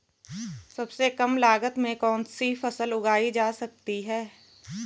सबसे कम लागत में कौन सी फसल उगाई जा सकती है